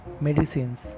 Medicines